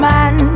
Man